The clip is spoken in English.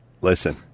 listen